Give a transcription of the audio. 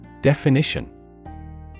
Definition